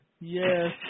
Yes